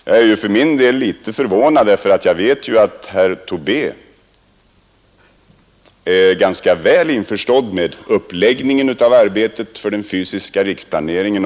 Jag är för min del litet förvånad över det, därför att jag ju vet att herr Tobé är ganska väl införstådd med uppläggningen av arbetet för den fysiska riksplaneringen.